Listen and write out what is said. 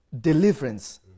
deliverance